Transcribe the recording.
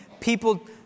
people